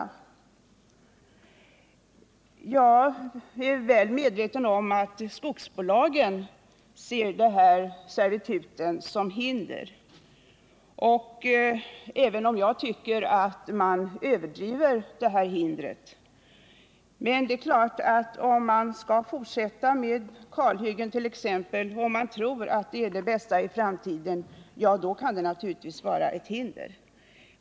Jag är väl medveten om att skogsbolagen ser dessa servitut som hinder, även om jag tycker att deras uppfattning därvidlag är överdriven. Men vill man fortsätta med t.ex. kalhyggen i tron att detta är det bästa för framtiden, då kan servituten naturligtvis utgöra ett hinder.